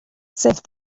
save